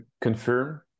confirm